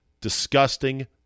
disgusting